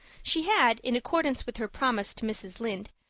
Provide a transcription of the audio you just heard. she had, in accordance with her promise to mrs. lynde,